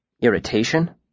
Irritation